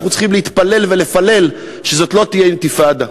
אנחנו צריכים להתפלל ולפלל שזאת לא תהיה אינתיפאדה,